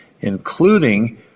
including